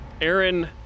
Aaron